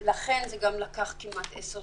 לכן זה גם לקח כמעט 10 שנים.